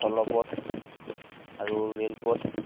স্থলপথ আৰু ৰে'লপথ